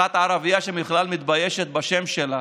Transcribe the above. אחת ערבייה שבכלל מתביישת בשם שלה